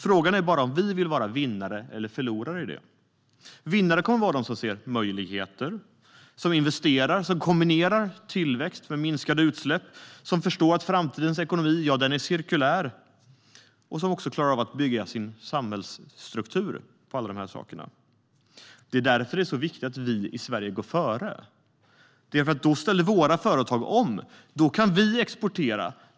Frågan är bara om vi vill vara vinnare eller förlorare i det. Vinnare kommer de att vara som ser möjligheter, som investerar, som kombinerar tillväxt med minskade utsläpp, som förstår att framtidens ekonomi är cirkulär och som klarar av att bygga sin samhällsstruktur. Det är därför som det är så viktigt att vi i Sverige går före. Då ställer våra företag om. Då kan vi exportera.